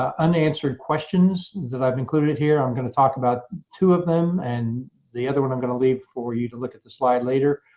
ah unanswered questions that i've included here. i'm going to talk about two of them. and the other one i'm going to leave for you to look at the slide later.